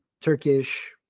Turkish